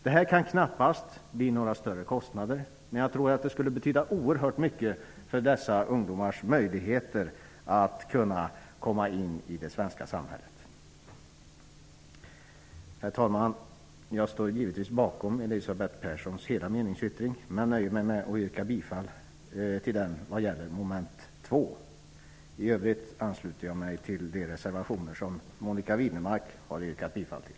Detta kan knappast innebära några större kostnader, men jag tror att det skulle betyda oerhört mycket för dessa ungdomars möjligheter att komma in i det svenska samhället. Herr talman! Jag står givetvis bakom Elisabeth Perssons hela meningsyttring men nöjer med att yrka bifall till den vad gäller mom. 2. I övrigt tillstyrker jag de reservationer som Monica Widnemark har yrkat bifall till.